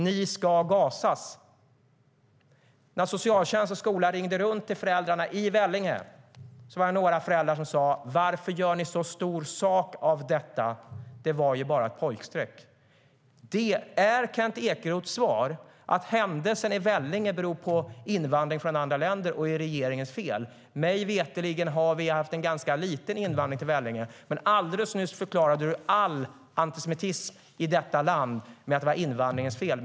Ni ska gasas! När socialtjänst och skola ringde runt till föräldrar i Vellinge sade några föräldrar: Varför gör ni så stor sak av detta? Det var ju bara ett pojkstreck. Kent Ekeroth menar att händelsen i Vellinge beror på invandring från andra länder och är regeringens fel. Mig veterligen har vi haft en ganska liten invandring till Vellinge. Alldeles nyss förklarade du att all antisemitism i detta land är invandringens fel.